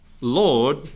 Lord